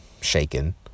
shaken